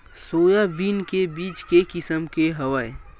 Soybean के बीज के किसम के हवय?